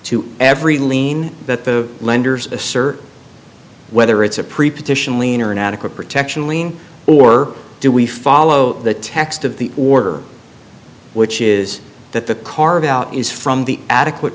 to every lien that the lenders assert whether it's a preposition leaner inadequate protection lean or do we follow the text of the order which is that the carve out is from the adequate